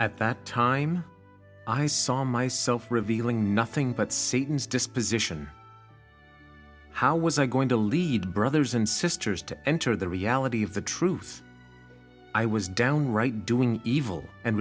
at that time i saw myself revealing nothing but satan's disposition how was i going to lead brothers and sisters to enter the reality of the truth i was downright doing evil and